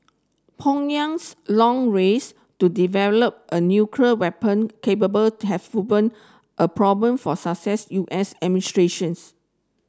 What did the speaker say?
Pyongyang's long race to develop a nuclear weapon capable has proved a problem for successive U S